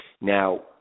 Now